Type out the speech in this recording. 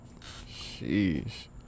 Jeez